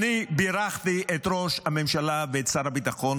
אני בירכתי את ראש הממשלה ואת שר הביטחון,